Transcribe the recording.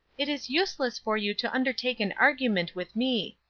it is useless for you to undertake an argument with me.